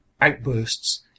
outbursts